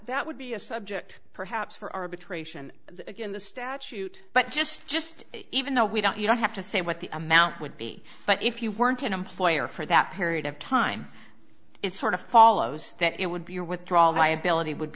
that would be a subject perhaps for arbitration again the statute but just just even though we don't you don't have to say what the amount would be but if you weren't an employer for that period of time it sort of follows that it would be your withdraw liability would